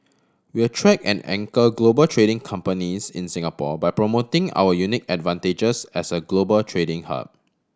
we attract and anchor global trading companies in Singapore by promoting our unique advantages as a global trading hub